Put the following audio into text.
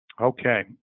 Okay